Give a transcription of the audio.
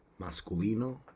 Masculino